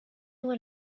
when